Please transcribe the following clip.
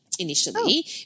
initially